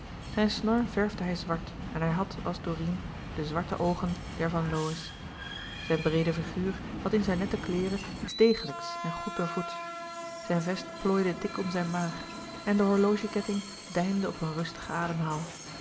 zijn snor verfde hij zwart en hij had als dorine de zwarte oogen der van lowe's zijn breede figuur had in zijn nette kleêren iets degelijks en goed doorvoeds zijn vest plooide dik om zijn maag en de horlogeketting deinde op een rustigen ademhaal